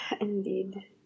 Indeed